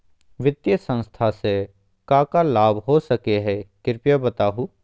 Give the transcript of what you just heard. वित्तीय संस्था से का का लाभ हो सके हई कृपया बताहू?